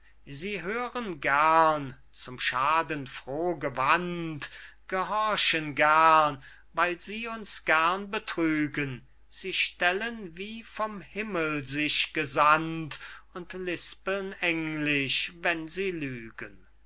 sie hören gern zum schaden froh gewandt gehorchen gern weil sie uns gern betrügen sie stellen wie vom himmel sich gesandt und lispeln englisch wenn sie lügen